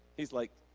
he's like,